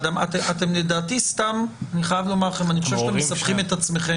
לדעתי אני חושב שאתם מסבכים את עצמכם.